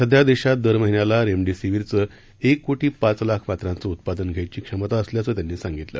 सध्या देशात दरमहिन्याला रेमडेसीवीरचं एक कोटी पाच लाख मात्रांचं उत्पादन घ्यायची क्षमता असल्याचं त्यांनी सांगितलं